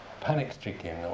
panic-stricken